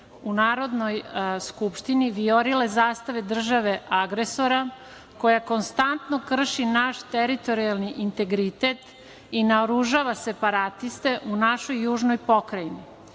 u Narodnoj skupštini vijorile zastave države agresora koja konstantno krši naš teritorijalni integritet i naoružava separatiste u našoj južnoj pokrajini?